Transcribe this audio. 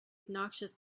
obnoxious